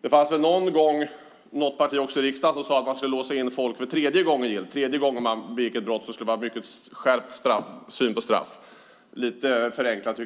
Det fanns någon gång något parti i riksdagen som sade att man skulle låsa in folk efter tredje gången, tredje gången gillt. Tredje gången man begick ett brott skulle man få ett skärpt straff, lite förenklat.